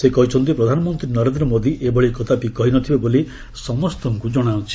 ସେ କହିଛନ୍ତି ପ୍ରଧାନମନ୍ତ୍ରୀ ନରେନ୍ଦ୍ର ମୋଦୀ ଏଭଳି କଦାପି କହିନଥିବେ ବୋଲି ସମସ୍ତଙ୍କ ଜଣାଅଛି